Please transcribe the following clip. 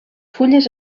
fulles